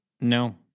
no